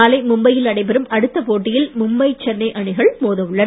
நாளை மும்பையில் நடைபெறும் அடுத்த போட்டியில் மும்பை சென்னை அணிகள் மோத உள்ளன